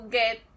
get